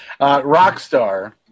Rockstar